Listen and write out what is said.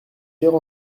pierre